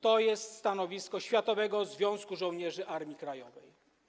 To jest stanowisko Światowego Związku Żołnierzy Armii Krajowej.